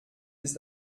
ist